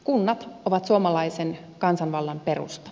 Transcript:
kunnat ovat suomalaisen kansanvallan perusta